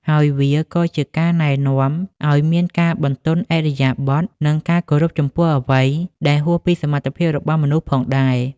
ហើយវាក៏ជាការណែនាំឱ្យមានការបន្ទន់ឥរិយាបថ និងការគោរពចំពោះអ្វីដែលហួសពីសមត្ថភាពរបស់មនុស្សផងដែរ។